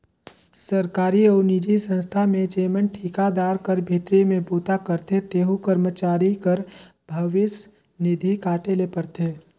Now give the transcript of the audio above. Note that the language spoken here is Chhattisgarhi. सरकारी अउ निजी संस्था में जेमन ठिकादार कर भीतरी में बूता करथे तेहू करमचारी कर भविस निधि काटे ले परथे